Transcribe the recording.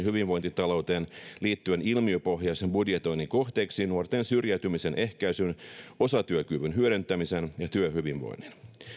hyvinvointitalouteen liittyen ilmiöpohjaisen budjetoinnin kohteeksi nuorten syrjäytymisen ehkäisyn osatyökyvyn hyödyntämisen ja työhyvinvoinnin